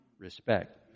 Respect